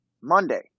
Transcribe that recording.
Monday